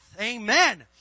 Amen